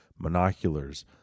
monoculars